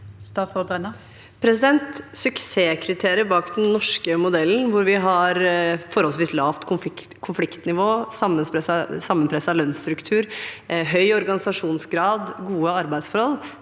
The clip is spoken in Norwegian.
Suksesskriteriet bak den norske modellen, hvor vi har forholdsvis lavt konfliktnivå, sammenpresset lønnsstruktur, høy organisasjonsgrad og gode arbeidsforhold,